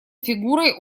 фигурой